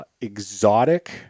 exotic